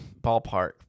ballpark